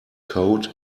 coat